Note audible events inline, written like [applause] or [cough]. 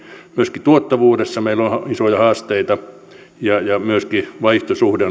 myöskin tuottavuudessa meillä on isoja haasteita ja myöskin vaihtosuhde [unintelligible]